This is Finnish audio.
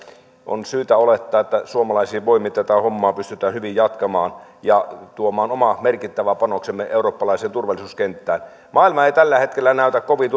on syytä olettaa että suomalaisin voimin tätä hommaa pystytään hyvin jatkamaan ja tuomaan oma merkittävä panoksemme eurooppalaiseen turvallisuuskenttään maailma ei tällä hetkellä näytä kovin